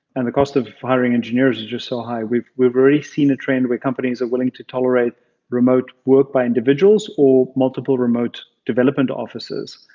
and the cost of hiring engineers is just so high. we've we've already seen a trend where companies are willing to tolerate remote work by individuals or multiple remote development offices.